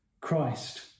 Christ